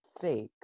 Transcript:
fake